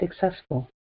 successful